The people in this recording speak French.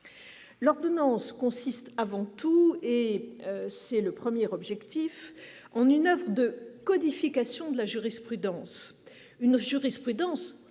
L'ordonnance consiste avant tout et c'est le 1er objectif en une heure de codification de la jurisprudence